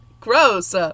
Gross